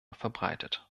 verbreitet